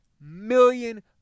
million